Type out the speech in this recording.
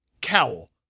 cowl